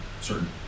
certain